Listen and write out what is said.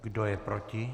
Kdo je proti?